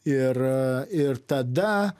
ir ir tada